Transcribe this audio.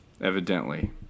evidently